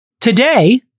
today